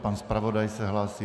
Pan zpravodaj se hlásí.